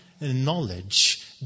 knowledge